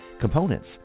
Components